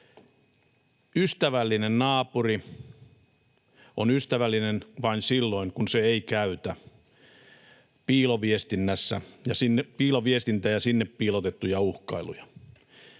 Ystävällinen naapuri on ystävällinen vain silloin, kun se ei käytä piiloviestintää ja sinne piilotettuja uhkailuja